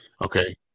okay